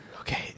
Okay